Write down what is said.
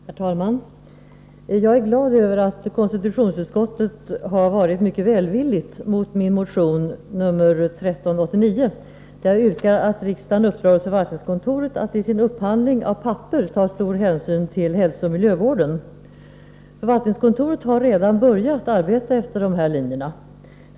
Herr talman! Jag är glad över att konstitutionsutskottet har varit mycket välvilligt mot min motion nr 1389, där jag yrkar att riksdagen uppdrar åt förvaltningskontoret att i sin upphandling av papper ta stor hänsyn till hälsooch miljövården. Förvaltningskontoret har redan börjat arbeta efter de här linjerna.